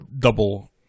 double